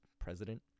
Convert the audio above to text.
president